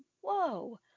whoa